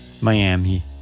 Miami